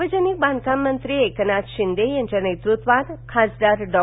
सार्वजनिक बांधकाम मंत्र एकनाथ शिंदे यांच्या नेतृत्वात खासदार डॉ